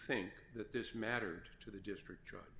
think that this mattered to the district